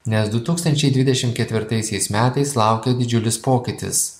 nes du tūkstančiai dvidešim ketvirtaisiais metais laukia didžiulis pokytis